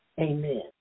Amen